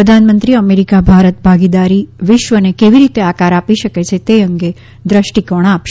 પ્રધાનમંત્રી અમેરિકા ભારત ભાગીદારી વિશ્વને કેવી રીતે આકાર આપી શકે છે તે અંગે દ્રષ્ટિકોણ આપશે